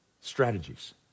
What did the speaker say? strategies